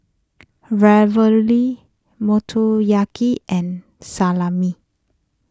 Ravioli Motoyaki and Salami